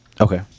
Okay